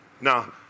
Now